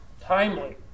Timely